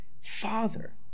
Father